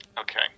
Okay